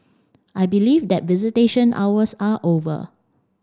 I believe that visitation hours are over